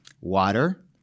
water